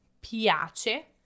piace